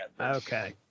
Okay